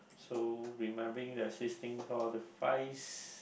so remembering there's this thing call